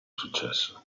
successo